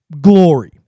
Glory